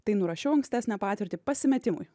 tai nurašiau ankstesnę patirtį pasimetimui